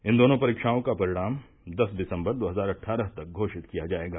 इन दोनों परीक्षाओं का परिणाम दस दिसम्बर दो हजार अट्ठारह तक घोषित किया जाएगा